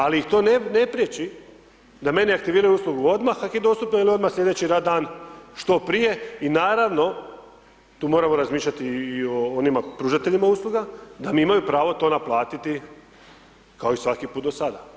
Ali ih to ne priječi da meni aktiviraju odmah ako je dostupna ili odmah sljedeći radni dan što prije i naravno, tu moramo razmišljati i o onima pružateljima usluga, da mi imaju pravo to naplatiti kao i svaki put do sada.